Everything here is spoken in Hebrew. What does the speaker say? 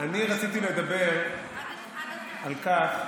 אני רציתי לדבר על כך